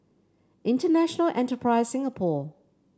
International Enterprise Singapore